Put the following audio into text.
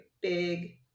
big